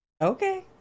Okay